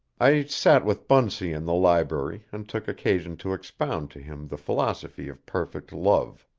i sat with bunsey in the library, and took occasion to expound to him the philosophy of perfect love.